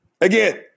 Again